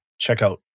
checkout